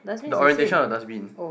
the orientation of dustbin